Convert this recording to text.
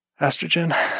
Estrogen